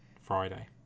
Friday